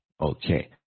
Okay